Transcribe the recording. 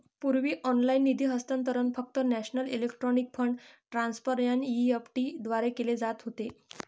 पूर्वी ऑनलाइन निधी हस्तांतरण फक्त national electronic fund transfer NEFT द्वारे केले जात होते